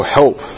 help